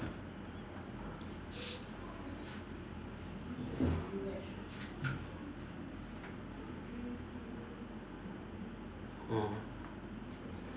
mm